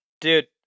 Dude